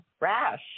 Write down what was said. rash